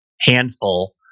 handful